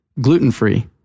gluten-free